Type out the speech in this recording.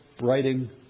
writing